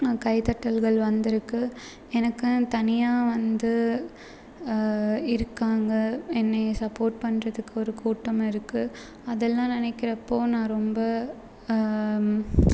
கைத்தட்டல்கள் வந்துருக்குது எனக்குனு தனியாக வந்து இருக்காங்க என்னைய சப்போர்ட் பண்ணுறதுக்கு ஒரு கூட்டம் இருக்கு அதெல்லாம் நினைக்கிறப்போ நான் ரொம்ப